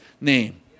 name